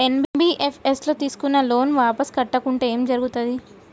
NBFS ల తీస్కున్న loan వాపస్ కట్టకుంటే ఏం జర్గుతది?